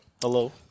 Hello